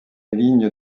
ligne